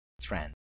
trend